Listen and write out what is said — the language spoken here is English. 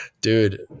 Dude